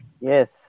Yes